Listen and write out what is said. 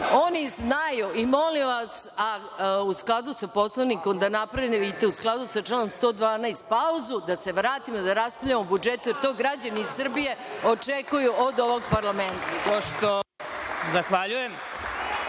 oni znaju i molim vas, a u skladu sa Poslovnikom, u skladu sa članom 112. pauzu, da se vratimo da raspravljamo o budžetu, jer to građani Srbije očekuju od ovog parlamenta.